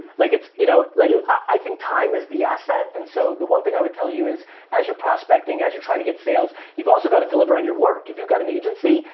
like it's, you know, like yeah. i think time is the asset. and so, the one thing i would tell you is as you're prospecting, as you're trying to get sales, you've also got to deliver on your work. if you've got an agency,